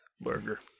Burger